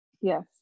yes